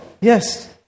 Yes